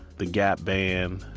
the gap band.